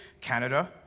Canada